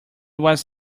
was